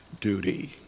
duty